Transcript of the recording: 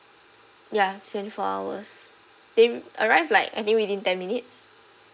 ya it's twenty four hours they arr~ arrive like any within ten minutes